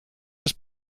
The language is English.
his